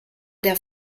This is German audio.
der